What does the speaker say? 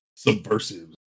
Subversive